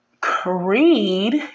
Creed